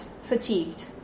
fatigued